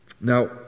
now